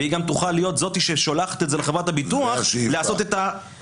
והיא גם תוכל להיות זאת ששולחת את זה לחברת הביטוח לעשות את ההחלפה,